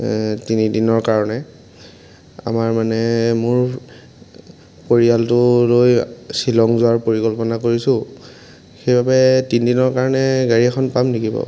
তিনিদিনৰ কাৰণে আমাৰ মানে মোৰ পৰিয়ালটো লৈ শ্বিলং যোৱাৰ পৰিকল্পনা কৰিছোঁ সেইবাবে তিনিদিনৰ কাৰণে গাড়ী এখন পাম নেকি বাৰু